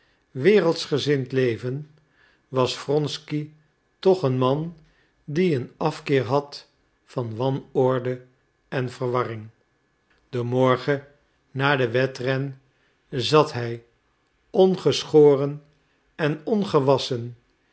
wereldsgezind leven was wronsky toch een man die een afkeer had van wanorde en verwarring den morgen na den wedren zat hij ongeschoren en ongewasschen